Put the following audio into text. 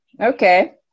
Okay